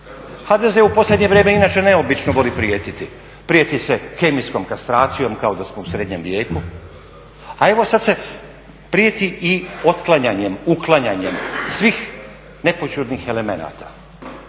HDZ je u posljednje vrijeme inače neobično voli prijetiti. Prijeti se kemijskom kastracijom kao da smo u srednjem vijeku, a evo sad se prijeti i otklanjanjem, uklanjanjem svih nepoćudnih elemenata.